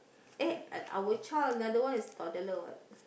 eh uh our child another one is a toddler